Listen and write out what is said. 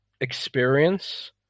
experience